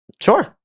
Sure